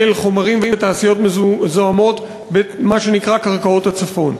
של חומרים ותעשיות מזוהמות במה שנקרא קרקעות הצפון,